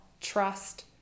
trust